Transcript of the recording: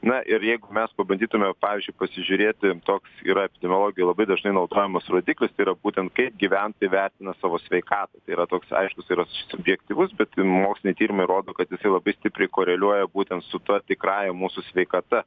na ir jeigu mes pabandytume pavyzdžiui pasižiūrėti toks yra epidemiologijoj labai dažnai naudojamas rodiklis tai yra būtent kaip gyventojai vertina savo sveikatą yra toks aiškus yra subjektyvus bet moksliniai tyrimai rodo kad jisai labai stipriai koreliuoja būtent su ta tikrąja mūsų sveikata